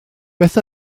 beth